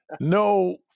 no